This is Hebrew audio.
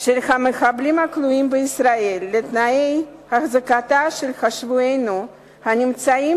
של המחבלים הכלואים בישראל לתנאי החזקתם של שבויינו הנמצאים